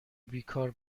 بیکار